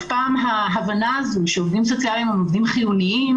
ההבנה שעובדים סוציאליים הם עובדים חיוניים